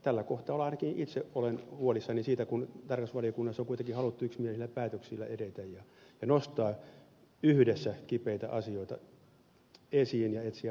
tällä kohtaa ainakin itse olen huolissani siitä kun tarkastusvaliokunnassa on kuitenkin haluttu yksimielisillä päätöksillä edetä ja nostaa yhdessä kipeitä asioita esiin ja etsiä parempia toimintamalleja